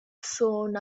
sôn